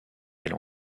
elle